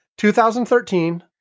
2013